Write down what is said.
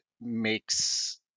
makes